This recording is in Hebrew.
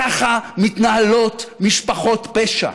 ככה מתנהלות משפחות פשע,